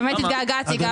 האמת שהתגעגעתי, גפני.